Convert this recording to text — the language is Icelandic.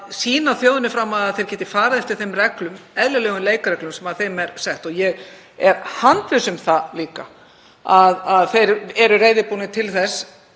sýna þjóðinni fram á að þeir geti farið eftir þeim reglum, eðlilegum leikreglum, sem þeim eru settar. Ég er handviss um það líka að þeir séu reiðubúnir til þess